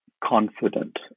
confident